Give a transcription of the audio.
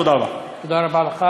תודה רבה.